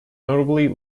notably